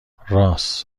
رآس